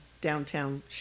downtown